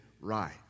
right